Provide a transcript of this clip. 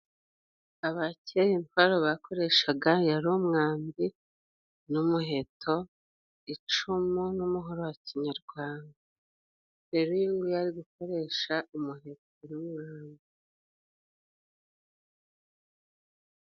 Abakera intwaro bakoreshaga yari umwambi n'umuheto, icumu n'umuhoro wa kinyarwanda. Rero uyu nguyu ari gukoresha umuheto n'umwambi.